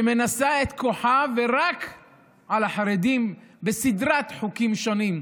שמנסה את כוחה רק על החרדים בסדרת חוקים שונים,